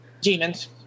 Demons